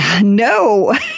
No